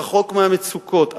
רחוק מהמצוקות,